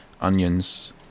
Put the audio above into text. onions